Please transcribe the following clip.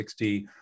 60